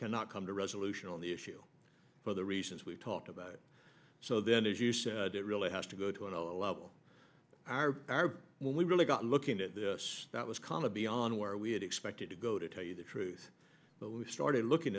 cannot come to resolution on the issue for the reasons we've talked about so then as you said it really has to go to another level are when we really got looking at this that was comma beyond where we had expected to go to tell you the truth but we started looking